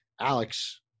alex